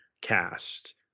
cast